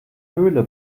höhle